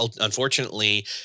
unfortunately